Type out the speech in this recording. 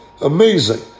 amazing